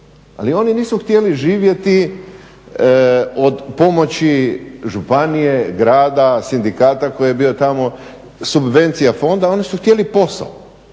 ali oni nisu htjeli živjeti od pomoći županije, grada, sindikata koji je bio tamo, subvencije fonda oni su htjeli posao